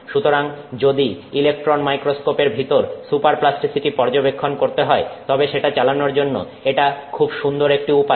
সুতরাং যদি ইলেকট্রন মাইক্রোস্কোপের ভিতর সুপার প্লাস্টিসিটি পর্যবেক্ষণ করতে হয় তবে সেটা চালানোর জন্য এটা খুব সুন্দর একটি উপায়